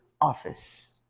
office